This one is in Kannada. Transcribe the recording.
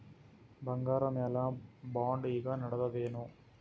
ಬಂಗಾರ ಮ್ಯಾಲ ಬಾಂಡ್ ಈಗ ನಡದದೇನು?